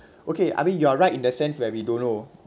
okay I mean you are right in the sense where we don't know